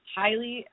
highly